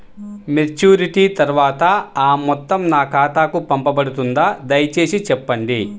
Maturity తర్వాత ఆ మొత్తం నా ఖాతాకు పంపబడుతుందా? దయచేసి చెప్పండి?